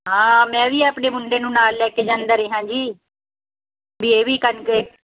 ਹਾਂ ਮੈਂ ਵੀ ਆਪਣੇ ਮੁੰਡੇ ਨੂੰ ਨਾਲ ਲੈ ਕੇ ਜਾਂਦਾ ਰਿਹਾ ਜੀ ਵੀ ਇਹ ਵੀ ਕਣਕ